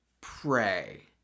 pray